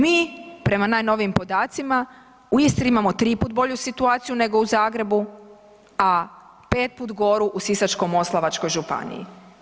Mi prema najnovijim podacima u Istri imamo 3 puta bolju situaciju nego u Zagrebu, a 5 puta goru u Sisačko-moslavačkoj županiji.